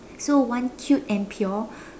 so one cute and pure